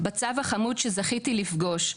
בצב החמוד שזכיתי לפגוש,